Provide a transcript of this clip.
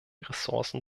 ressourcen